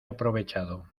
aprovechado